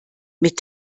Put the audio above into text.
mit